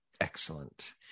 Excellent